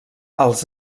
els